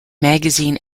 magazine